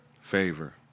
Favor